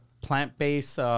plant-based